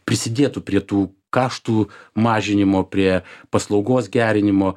prisidėtų prie tų kaštų mažinimo prie paslaugos gerinimo